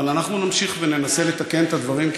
אבל אנחנו נמשיך וננסה לתקן את הדברים,